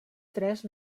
tres